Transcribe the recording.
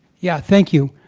yeah thank you.